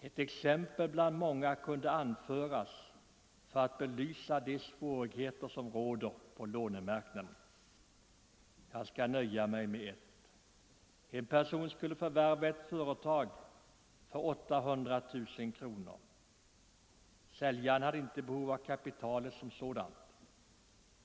Ett exempel bland många kunde anföras för att belysa de svårigheter som råder på lånemarknaden. Jag skall nöja mig med ett. En person skulle förvärva ett företag för 800 000 kronor. Säljaren hade inte behov av kapitalet som sådant.